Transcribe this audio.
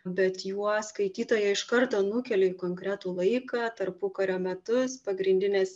bet juo skaitytoją iš karto nukeliu į konkretų laiką tarpukario metus pagrindinės